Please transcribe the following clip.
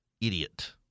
idiot